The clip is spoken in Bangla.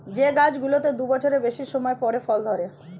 যে গাছগুলোতে দু বছরের বেশি সময় পরে ফল ধরে